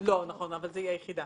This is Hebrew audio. -- היא היחידה